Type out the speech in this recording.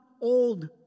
old